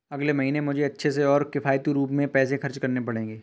अगले महीने मुझे अच्छे से और किफायती रूप में पैसे खर्च करने पड़ेंगे